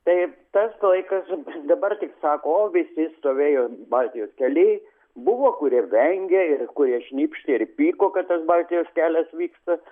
taip tas laikas dabar tik sako o visi stovėjo baltijos kely buvo kurie vengė ir kurie šnypštė ir pyko kad tas baltijos kelias vyksta